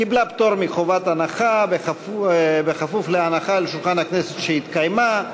קיבלה פטור מחובת הנחה בכפוף להנחה על שולחן הכנסת שהתקיימה.